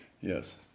yes